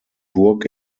burg